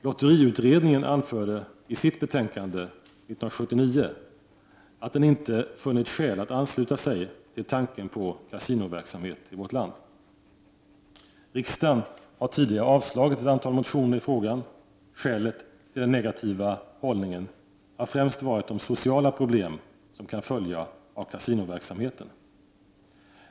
Lotteriutredningen anförde i sitt betänkande år 1979 att den inte funnit skäl att ansluta sig till tanken på kasinoverksamhet i vårt land. Riksdagen har tidigare avslagit ett antal motioner i frågan. Skälet till den negativa hållningen har främst varit de sociala problem som kan följa av kasinoverksamheten.